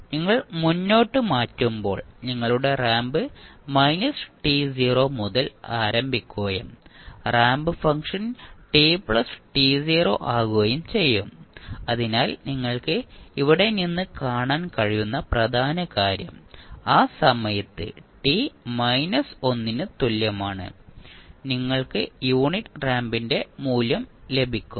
നിങ്ങൾ മുന്നോട്ട് മാറ്റുമ്പോൾ നിങ്ങളുടെ റാമ്പ് മുതൽ ആരംഭിക്കുകയും റാമ്പ് ഫംഗ്ഷൻ t ആകുകയും ചെയ്യും അതിനാൽ നിങ്ങൾക്ക് ഇവിടെ നിന്ന് കാണാൻ കഴിയുന്ന പ്രധാന കാര്യം ആ സമയത്ത് t മൈനസ് 1 ന് തുല്യമാണ് നിങ്ങൾക്ക് യൂണിറ്റ് റാമ്പിന്റെ മൂല്യം ലഭിക്കും